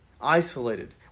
Isolated